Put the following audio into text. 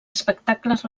espectacles